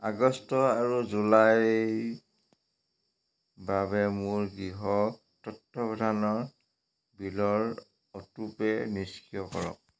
আগষ্ট আৰু জুলাইৰ বাবে মোৰ গৃহ তত্বাৱধানৰ বিলৰ অটোপে' নিষ্ক্ৰিয় কৰক